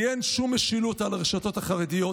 כי אין שום משילות על הרשתות החרדיות,